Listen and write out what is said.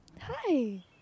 hi